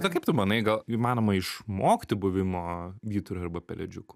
bet kaip tu manai gal įmanoma išmokti buvimo vyturiu arba pelėdžiuku